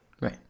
Right